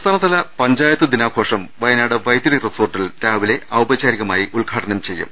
സംസ്ഥാനതല പഞ്ചായത്ത് ദിനാഘോഷം വയനാട് വൈത്തിരി റിസോർട്ടിൽ രാവിലെ ഔപചാരികമായി ഉദ്ഘാടനം ചെയ്യും